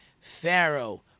Pharaoh